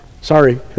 Sorry